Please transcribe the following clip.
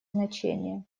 значение